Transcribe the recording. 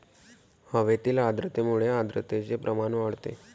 हवेतील आर्द्रतेमुळे आर्द्रतेचे प्रमाण वाढते